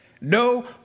No